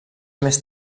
més